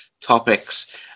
topics